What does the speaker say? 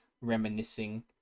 reminiscing